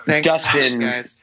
Dustin